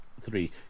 Three